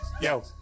yo